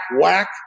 whack